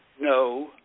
No